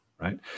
right